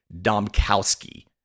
Domkowski